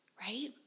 Right